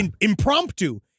impromptu